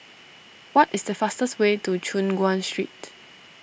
what is the fastest way to Choon Guan Street